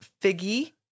Figgy